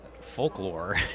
folklore